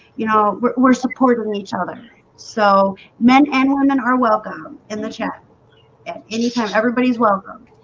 you know, we're supporting each other so men and women are welcome in the chat and anytime everybody's welcome